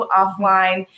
offline